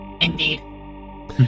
Indeed